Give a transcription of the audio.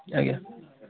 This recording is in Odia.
ଆଜ୍ଞା